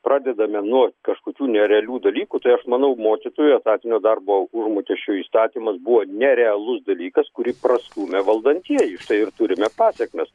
pradedame nuo kažkokių nerealių dalykų tai aš manau mokytojų etatinio darbo užmokesčio įstatymas buvo nerealus dalykas kurį prastūmė valdantieji ir turime pasekmes